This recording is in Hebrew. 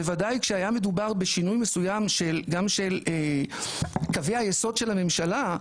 בוודאי כשהיה מדובר בשינוי מסוים של גם של קווי היסוד של הממשלה,